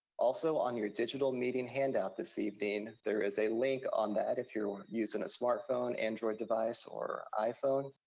also on your digital meeting handout this evening, there is a link on that. if you're usin' a smartphone, android device or iphone,